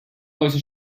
also